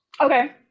Okay